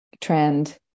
trend